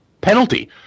penalty